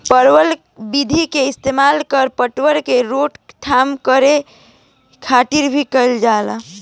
पलवार विधि के इस्तेमाल खर पतवार के रोकथाम करे खातिर भी कइल जाला